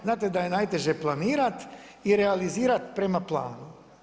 Znate da je najteže planirati i realizirati prema planu.